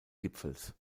gipfels